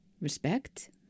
Respect